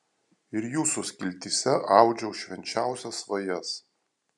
ir jūsų skiltyse audžiau švenčiausias svajas